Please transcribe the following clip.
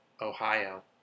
Ohio